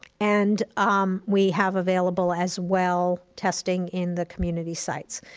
and um we have available as well testing in the community sites.